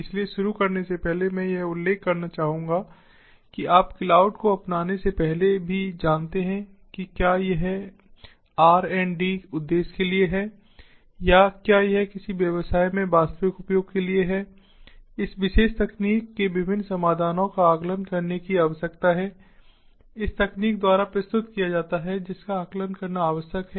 इसलिए शुरू करने से पहले मैं यह उल्लेख करना चाहूंगा कि आप क्लाउड को अपनाने से पहले भी जानते हैं कि क्या यह आर और डी उद्देश्य के लिए है या क्या यह किसी व्यवसाय में वास्तविक उपयोग के लिए है इस विशेष तकनीक के विभिन्न समाधानों का आकलन करने की आवश्यकता है इस तकनीक द्वारा प्रस्तुत किया जाता है जिसका आकलन करना आवश्यक है